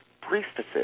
priestesses